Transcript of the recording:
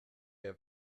have